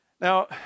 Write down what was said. Now